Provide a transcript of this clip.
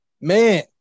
Man